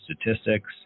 Statistics